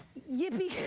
yippy kay.